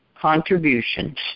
contributions